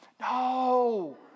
No